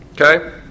Okay